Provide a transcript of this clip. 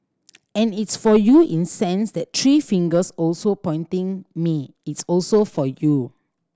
and it's for you in sense that three fingers also pointing me it's also for you